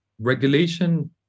regulation